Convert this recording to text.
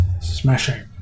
Smashing